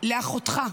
אכפת לנו.